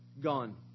gone